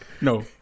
No